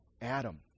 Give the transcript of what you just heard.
Adam